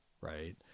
right